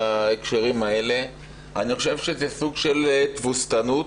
אני חושב שזה סוג של תבוסתנות